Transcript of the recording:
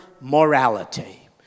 morality